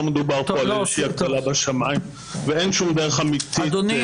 לא מדובר כאן על איזושהי הקלה ואין שום דרך אמיתית --- אדוני,